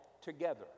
together